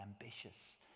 ambitious